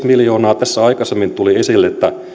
miljoonaa tässä aikaisemmin tuli esille että